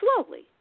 slowly